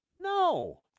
No